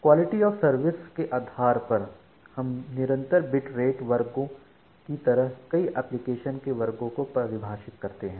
quality of service के आधार पर हम निरंतर बिट रेट वर्गों की तरह कई एप्लीकेशन के वर्गों को परिभाषित करते हैं